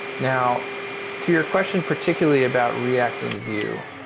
now to your question particularly about react and vue,